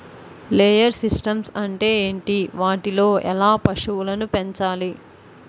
Layer systems అంటే ఏంటి? వాటిలో ఎలా పశువులను పెంచాలి?